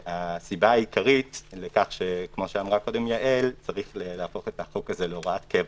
הסיבה העיקרית לכך שצריך להפוך את החוק הזה להוראת קבע,